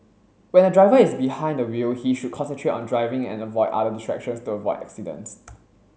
when a driver is behind the wheel he should concentrate on driving and avoid other distractions to avoid accidents